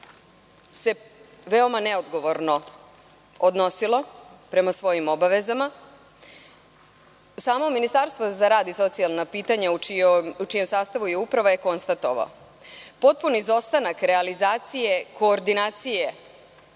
se veoma neodgovorno odnosilo prema svojim obavezama. Samo Ministarstvo za rad i socijalna pitanja u čijem sastavu je Uprava je konstatovao potpuni izostanak realizacije, koordinacije